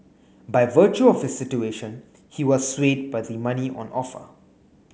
by virtue of his situation he was swayed by the money on offer